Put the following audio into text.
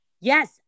Yes